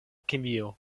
kemio